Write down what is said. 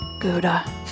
Gouda